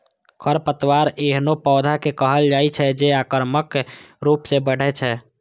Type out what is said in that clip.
खरपतवार एहनो पौधा कें कहल जाइ छै, जे आक्रामक रूप सं बढ़ै छै